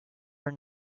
are